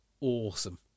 awesome